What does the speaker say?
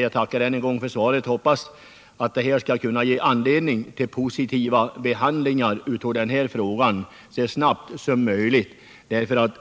Jag tackar än en gång för svaret och hoppas att detta skall kunna ge anledning till positiva behandlingar av frågan så snabbt som möjligt, därför att